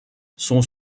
sont